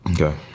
Okay